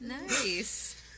Nice